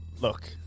look